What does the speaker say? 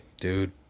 Dude